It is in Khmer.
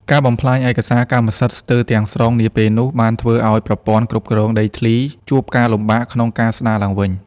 ការបំផ្លាញឯកសារកម្មសិទ្ធិស្ទើរទាំងស្រុងនាពេលនោះ បានធ្វើឱ្យប្រព័ន្ធគ្រប់គ្រងដីធ្លីជួបការលំបាកក្នុងការស្ដារឡើងវិញ។